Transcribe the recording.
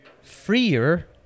freer